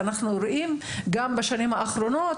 ואנחנו רואים גם בשנים האחרונות